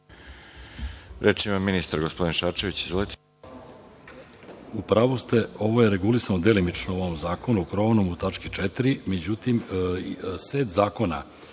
Reč ima ministar, gospodin Šarčević.